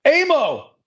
Amo